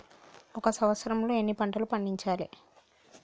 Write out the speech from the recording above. ఒక సంవత్సరంలో ఎన్ని పంటలు పండించాలే?